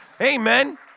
Amen